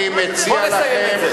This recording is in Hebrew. אני מציע לכם,